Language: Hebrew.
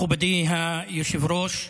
מכובדי היושב-ראש,